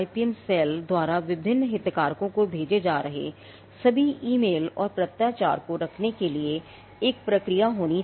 IPM cell को कुछ फॉर्मकी आवश्यकता होगी